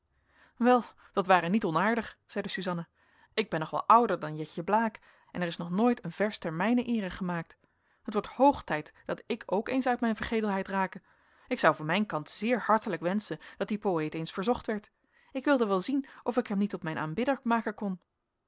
wel dat ware niet onaardig zeide suzanna ik ben nog wel ouder dan jetje blaek en er is nog nooit een vers ter mijner eere gemaakt het wordt hoog tijd dat ik ook eens uit mijn vergetelheid rake ik zou van mijn kant zeer hartelijk wenschen dat die poëet eens verzocht werd ik wilde wel zien of ik hem niet tot mijn aanbidder maken kon